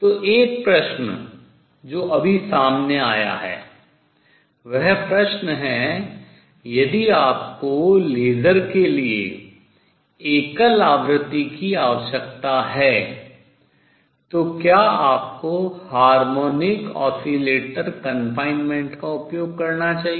तो एक प्रश्न जो अभी सामने आया है वह प्रश्न है यदि आपको लेज़र के लिए एकल आवृत्ति की आवश्यकता है तो क्या आपको harmonic oscillator confinement harmonic oscillator परिरोध का उपयोग करना चाहिए